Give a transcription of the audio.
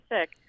sick